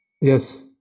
yes